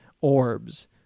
orbs